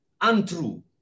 untrue